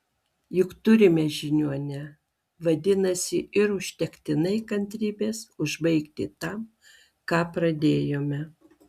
juk turime žiniuonę vadinasi ir užtektinai kantrybės užbaigti tam ką pradėjome